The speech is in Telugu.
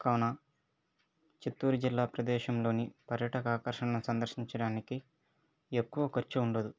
కావున చిత్తూరు జిల్లా ప్రదేశం లోని పర్యటక ఆకర్షణ సందర్శించడానికి ఎక్కువ ఖర్చు ఉండదు